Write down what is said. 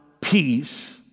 peace